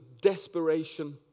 desperation